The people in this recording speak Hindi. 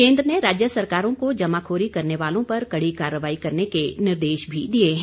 केन्द्र ने राज्य सरकारों को जमाखोरी करने वालों पर कड़ी कार्रवाई करने के निर्देश भी दिए हैं